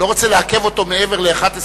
אני לא רוצה לעכב אותו מעבר ל-23:00,